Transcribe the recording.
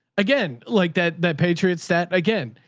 again like that that patriot set again,